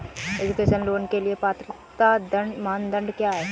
Education loan के लिए पात्रता मानदंड क्या है?